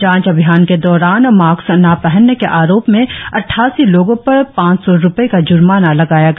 जांच अभियान के दैरान मास्क न पहनने के आरोप में अट्डासी लोगो पर पांच सौ रुपए का ज्माना लगाया गया